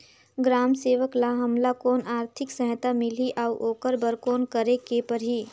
ग्राम सेवक ल हमला कौन आरथिक सहायता मिलही अउ ओकर बर कौन करे के परही?